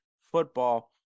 football